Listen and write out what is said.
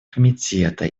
комитета